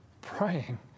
praying